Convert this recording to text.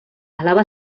alaba